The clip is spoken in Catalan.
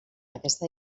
aquesta